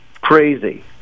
crazy